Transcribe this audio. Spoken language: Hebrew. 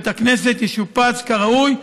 בית הכנסת ישופץ כראוי,